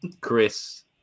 chris